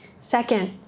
Second